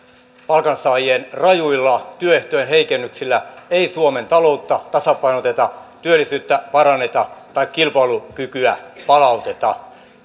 palkansaajien rajuilla työehtojen heikennyksillä ei suomen taloutta tasapainoteta työllisyyttä paranneta tai kilpailukykyä palauteta